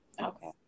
Okay